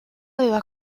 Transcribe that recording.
aveva